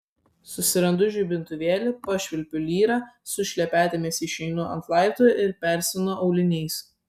susirandu žibintuvėlį pašvilpiu lyrą su šlepetėmis išeinu ant laiptų ir persiaunu auliniais